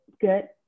good